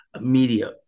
media